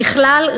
ככלל,